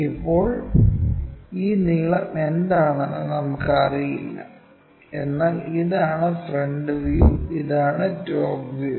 ഇപ്പോൾ ആ നീളം എന്താണെന്ന് നമുക്ക് അറിയില്ല എന്നാൽ ഇതാണ് ഫ്രണ്ട് വ്യൂ ഇതാണ് ടോപ്പ് വ്യൂ